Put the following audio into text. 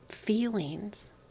feelings